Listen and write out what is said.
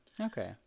Okay